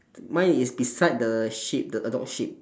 mine is beside the sheep the adult sheep